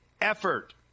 effort